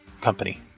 company